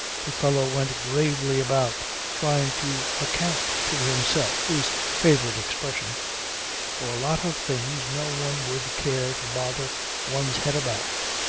the fellow went gravely about trying to account to himself his favourite expression for a lot of things no one would care to bother one's head about.